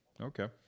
Okay